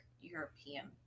european